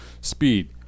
speed